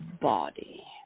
body